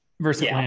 versus